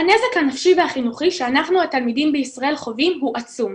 הנזק הנפשי והחינוכי שאנחנו התלמידים בישראל חווים הוא עצום,